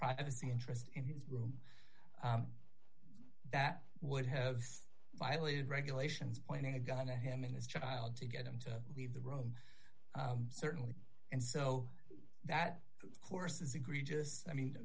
privacy interest in his room that would have violated regulations pointing a gun at him in his child to get him to leave the room certainly and so that course is egregious i mean